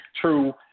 true